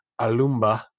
Alumba